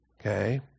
Okay